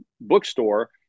bookstore